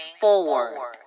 forward